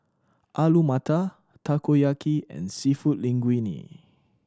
Alu Matar Takoyaki and Seafood Linguine